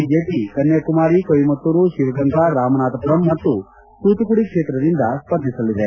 BJP Kanyakumari Coimbatore Sivaganga Ramanathapuram ಮತ್ತು ತೂತುಕುಡಿ ಕ್ಷೇತ್ರಗಳಂದ ಸ್ವರ್ಧಿಸಲಿದೆ